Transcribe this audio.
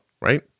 right